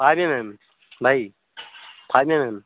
five M M ଭାଇ five M M